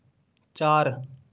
चार